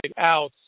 out